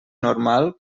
normal